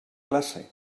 classe